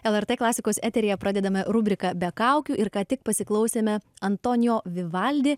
lrt klasikos eteryje pradedame rubriką be kaukių ir ką tik pasiklausėme antonijo vivaldi